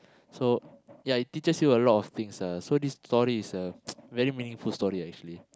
so ya it teaches you a lot of things ah so this story is a very meaningful story ah actually